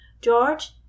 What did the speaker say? George